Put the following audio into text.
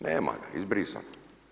Nema ga, izbrisano.